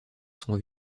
sont